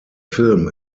film